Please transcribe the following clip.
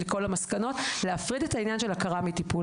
למסקנות - להפריד את העניין של הכרה מטיפול.